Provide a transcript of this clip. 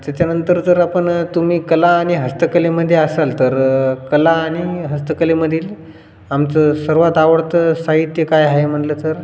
त्याच्यानंतर जर आपण तुम्ही कला आणि हस्तकलेमध्ये असाल तर कला आणि हस्तकलेमधील आमचं सर्वात आवडतं साहित्य काय आहे म्हणलं तर